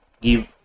give